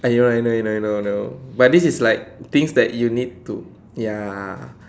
I know I know I know I know but this is like things that you need to ya